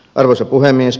arvoisa puhemies